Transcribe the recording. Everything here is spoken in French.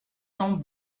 cents